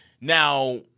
Now